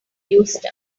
used